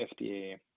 FDA